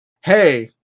hey